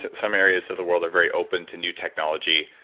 some areas of the world are very open to new technology.